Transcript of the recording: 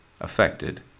affected